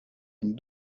une